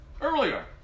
earlier